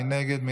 מי נגד?